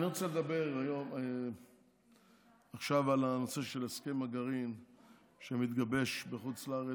אני רוצה לדבר עכשיו על הנושא של הסכם הגרעין שמתגבש בחוץ לארץ.